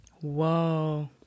Whoa